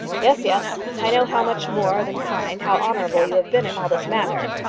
yes, yes. i know how much more than kind, how honourable you have been in all this matter.